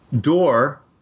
door